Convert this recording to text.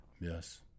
Yes